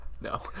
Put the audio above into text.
No